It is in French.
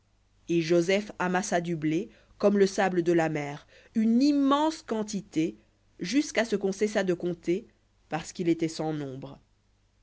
et joseph amassa du blé comme le sable de la mer une immense quantité jusqu'à ce qu'on cessa de compter parce qu'il était sans nombre